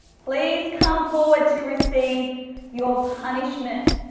please come forward to receive your punishment.